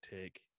take